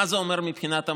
מה זה אומר מבחינת המוסד,